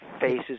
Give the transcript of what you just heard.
faces